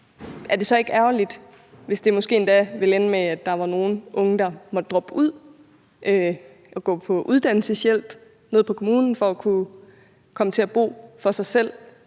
Er det så ikke ærgerligt, hvis det måske endda ender med, at der er nogle unge, der må droppe ud og gå på uddannelseshjælp fra kommunen for at kunne komme til at bo for sig selv?